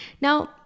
Now